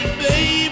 baby